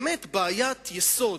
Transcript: באמת, בעיית יסוד.